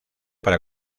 para